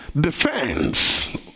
defense